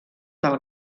del